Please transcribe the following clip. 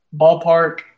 ballpark